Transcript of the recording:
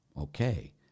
okay